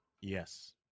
Yes